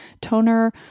toner